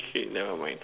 K never mind